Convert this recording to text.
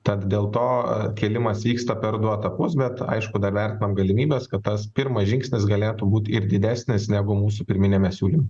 tad dėl to kėlimas vyksta per du etapus bet aišku dr vertinam galimybes kad tas pirmas žingsnis galėtų būt ir didesnis negu mūsų pirminiame siūlym